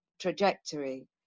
trajectory